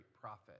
prophet